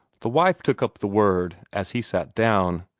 the wife took up the word as he sat down.